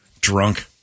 Drunk